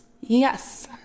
Yes